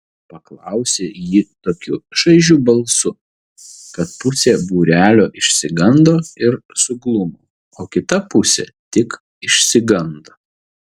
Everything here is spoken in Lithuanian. paklausė ji tokiu šaižiu balsu kad pusė būrelio išsigando ir suglumo o kita pusė tik išsigando